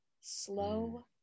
slow